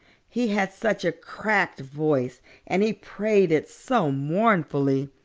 he had such a cracked voice and he prayed it so mournfully.